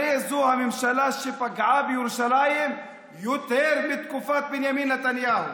הרי זו הממשלה שפגעה בירושלים יותר מבתקופת בנימין נתניהו.